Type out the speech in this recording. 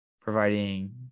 providing